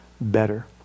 better